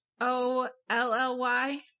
O-L-L-Y